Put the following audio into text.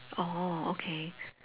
oh oh okay